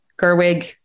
Gerwig